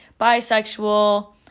bisexual